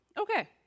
Okay